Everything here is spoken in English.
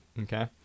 okay